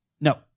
No